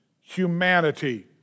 humanity